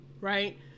right